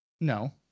No